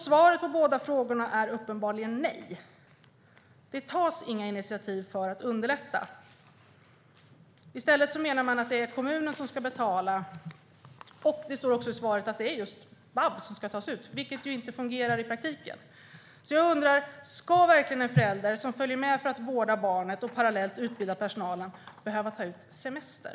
Svaret på båda frågorna är uppenbarligen nej. Det tas inga initiativ för att underlätta. I stället menar man att det är kommunen som ska betala, och det står också i svaret att det är just vab som ska tas ut, vilket inte fungerar i praktiken. Jag undrar: Ska verkligen en förälder som följer med för att vårda barnet och parallellt utbilda personalen behöva ta ut semester?